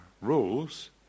rules